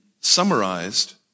summarized